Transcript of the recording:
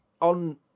on